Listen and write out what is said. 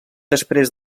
després